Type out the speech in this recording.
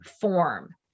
form